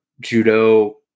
Judo